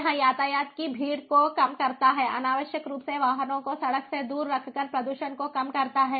यह यातायात की भीड़ को कम करता है अनावश्यक रूप से वाहनों को सड़क से दूर रखकर प्रदूषण को कम करता है